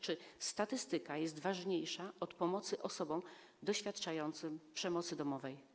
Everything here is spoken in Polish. Czy statystyka jest ważniejsza od pomocy osobom doświadczającym przemocy domowej?